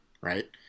right